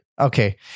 Okay